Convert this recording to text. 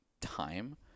time